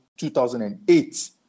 2008